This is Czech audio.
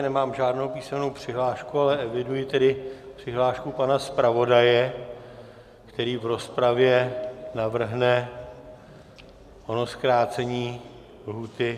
Nemám žádnou písemnou přihlášku, ale eviduji tedy přihlášku pana zpravodaje, který v rozpravě navrhne ono zkrácení lhůty.